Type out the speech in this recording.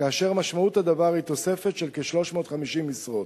כאשר משמעות הדבר היא תוספת של כ-350 משרות.